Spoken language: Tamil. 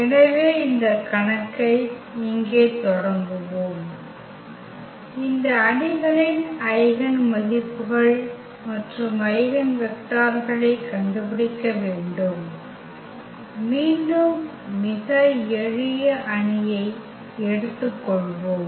எனவே இந்த கணக்கை இங்கே தொடங்குவோம் இந்த அணிகளின் ஐகென் மதிப்புகள் மற்றும் ஐகென் வெக்டர்களைக் கண்டுபிடிக்க வேண்டும் மீண்டும் மிக எளிய அணியை எடுத்து கொள்வோம்